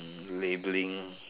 labelling